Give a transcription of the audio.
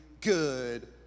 good